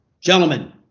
gentlemen